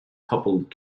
coupled